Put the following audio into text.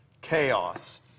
chaos